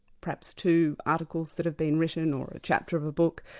perhaps two articles that have been written or a chapter of a book.